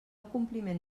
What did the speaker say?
compliment